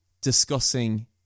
discussing